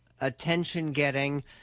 attention-getting